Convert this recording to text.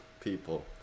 people